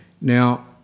Now